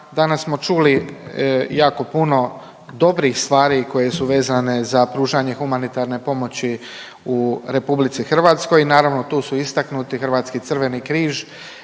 Danas smo čuli jako puno dobrih stvari koje su vezane za pružanje humanitarne pomoći u RH, naravno tu su istaknuti Hrvatski crveni križ